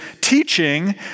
teaching